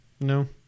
No